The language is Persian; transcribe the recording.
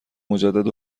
مجدد